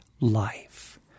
life